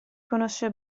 conosce